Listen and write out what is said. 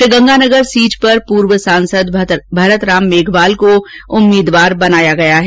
Sriganganagar seat पर पूर्व सांसद भरतराम मेघवाल को ही उम्मीदवार बनाया गया है